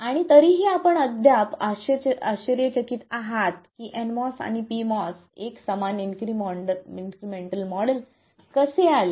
आणि तरीही आपण अद्याप आश्चर्यचकित आहात की nMOS आणि pMOS एक समान इन्क्रिमेंटल मॉडेल कसे आले